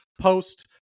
post